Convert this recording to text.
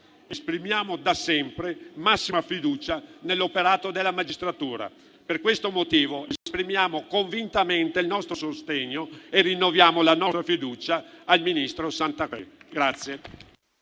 esprimiamo da sempre massima fiducia nell'operato della magistratura. Per questo motivo, esprimiamo convintamente il nostro sostegno e rinnoviamo la nostra fiducia al ministro Santanchè.